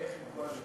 איך יכול להיות,